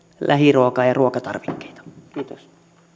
lähiruokaa ja ruokatarvikkeita kiitos